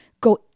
go